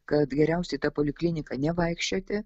kad geriausia į tą polikliniką nevaikščioti